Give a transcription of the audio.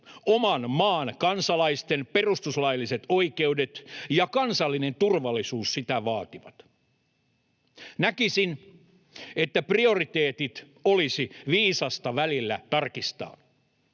oman maan kansalaisten perustuslailliset oikeudet ja kansallinen turvallisuus sitä vaativat. Näkisin, että prioriteetit olisi viisasta välillä tarkistaa.